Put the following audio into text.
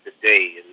today